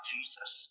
Jesus